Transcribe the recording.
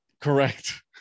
correct